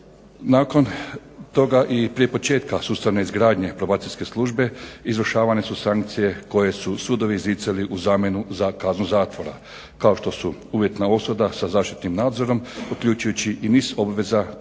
Nakon toga i prije početka sustavne izgradnje probacijske službe izvršavane su sankcije koje su sudovi izricali u zamjenu za kaznu zatvora, kao što su uvjetna osuda sa zaštitnim nadzorom, uključujući i niz obveza koje